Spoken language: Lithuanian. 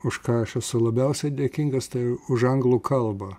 už ką aš esu labiausiai dėkingas už anglų kalbą